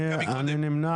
הוא צריך